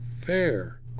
fair